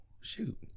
Shoot